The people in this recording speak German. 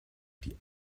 die